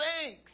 thanks